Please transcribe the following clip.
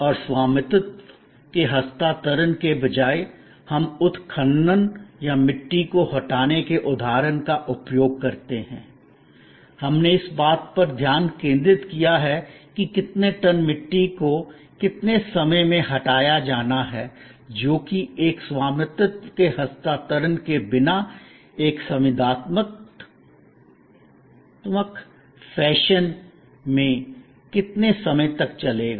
और स्वामित्व के हस्तांतरण के बजाय हम उत्खनन या मिट्टी को हटाने के उदाहरण का उपयोग करते हैं हमने इस बात पर ध्यान केंद्रित किया है कि कितने टन मिट्टी को कितने समय में हटाया जाना है जो कि स्वामित्व के हस्तांतरण के बिना एक संविदात्मक फैशन में कितने समय तक चलेगा